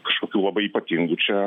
kažkokių labai ypatingų čia